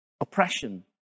Oppression